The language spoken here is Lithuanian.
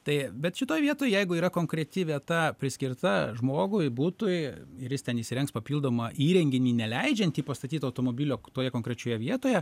tai bet šitoj vietoj jeigu yra konkreti vieta priskirta žmogui butui ir jis ten įsirengs papildomą įrenginį neleidžiantį pastatyt automobilio toje konkrečioje vietoje